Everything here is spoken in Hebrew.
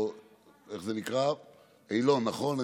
נכון?